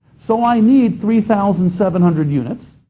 so i need three thousand seven hundred units.